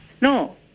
no